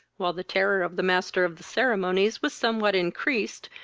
while the terror of the master of the ceremonies was somewhat increased,